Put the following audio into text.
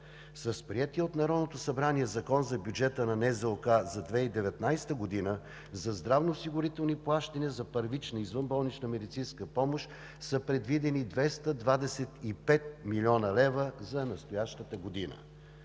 С приетия от Народното събрание Закон за бюджета на НЗОК за 2019 г. за здравноосигурителни плащания за първична извънболнична медицинска помощ са предвидени 225 млн. лв. за настоящата година.